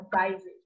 advising